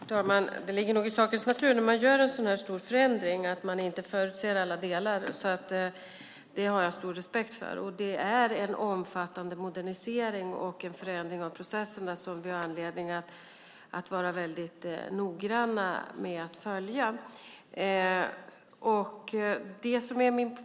Fru talman! Det ligger i sakens natur när man gör en stor förändring att man inte förutser alla delar. Det har jag stor förståelse för. Det är en omfattande modernisering och förändring av processerna som vi har anledning att följa mycket noggrant.